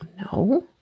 No